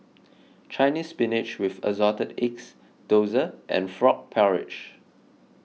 Chinese Spinach with Assorted Eggs Dosa and Frog Porridge